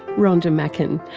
rhonda macken,